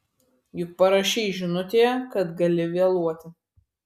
juk parašei žinutėje kad gali vėluoti